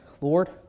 Lord